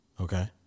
Okay